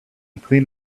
clean